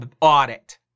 audit